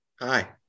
Hi